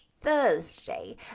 Thursday